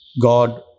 God